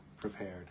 prepared